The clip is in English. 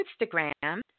Instagram